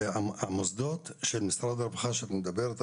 המוסדות של משרד הרווחה שאת מדברת,